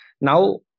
Now